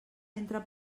entra